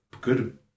good